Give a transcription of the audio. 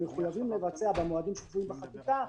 מחויבים לבצע במועדים שקבועים בחקיקה,